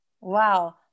Wow